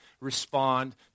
respond